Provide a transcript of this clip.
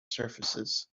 surfaces